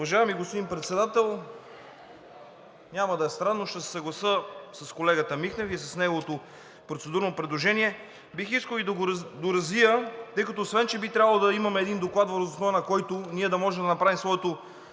Уважаеми господин Председател, няма да е странно, ще се съглася с колегата Михнев и с неговото процедурно предложение. Бих искал и да го доразвия, тъй като освен че би трябвало да имаме един доклад, въз основа на който ние да можем да направим своето